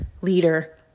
leader